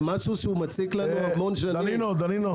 דנינו,